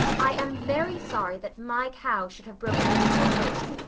i am very sorry that my cow should have broken into your oats.